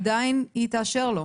עדיין היא תאשר לו.